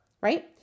right